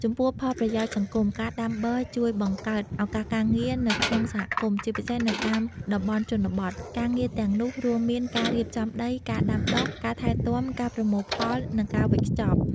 ចំពោះផលប្រយោជន៍សង្គម ការដាំបឺរជួយបង្កើតឱកាសការងារនៅក្នុងសហគមន៍ ជាពិសេសនៅតាមតំបន់ជនបទ ការងារទាំងនោះរួមមានការរៀបចំដី ការដាំដុះ ការថែទាំ ការប្រមូលផល និងការវេចខ្ចប់។